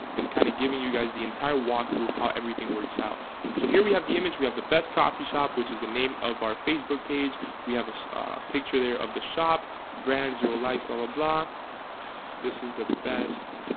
and kind of giving you guys the entire walkthrough of how everything works out so here. we have the image we have the best coffee shop, which is the name of our facebook page? we have a picture there of the shop brand zero lies blah ah blah this is the best